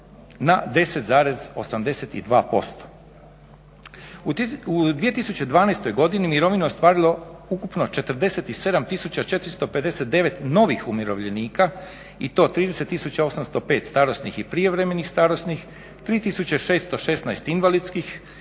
na 10,82%. U 2012.godini mirovinu je ostvarilo ukupno 47 459 novih umirovljenika i to 30 tisuća 805 starosnih i prijevremenih starosnih, 3616 invalidskih